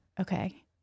Okay